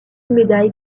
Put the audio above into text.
médaille